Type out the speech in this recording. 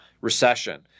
recession